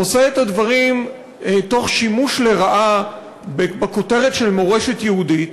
עושה את הדברים תוך שימוש לרעה בכותרת של "מורשת יהודית",